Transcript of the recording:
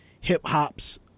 hip-hop's